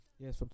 yes